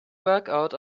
workout